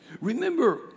Remember